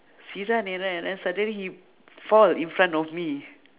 s~ he run and run and run suddenly he fall in front of me